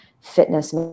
fitness